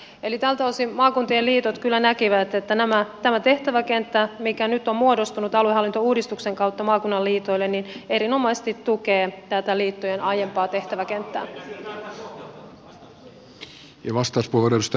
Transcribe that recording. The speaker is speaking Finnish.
eli tältä osin maakuntien liitot kyllä näkivät että tämä tehtäväkenttä mikä nyt on muodostunut aluehallintouudistuksen kautta maakunnan liitoille erinomaisesti tukee tätä liittojen aiempaa tehtäväkenttää